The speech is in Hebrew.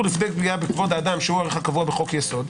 בפגיעה בכבוד האדם שהוא ערך שקבוע בחוק יסוד.